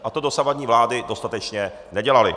A to dosavadní vlády dostatečně nedělaly.